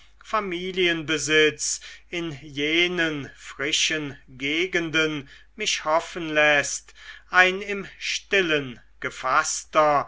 familienbesitz in jenen frischen gegenden mich hoffen läßt ein im stillen gefaßter